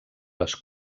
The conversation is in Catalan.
les